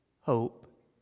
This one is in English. hope